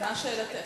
מה שאלתך?